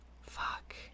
Fuck